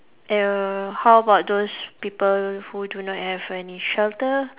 err how about those people who do not have any shelter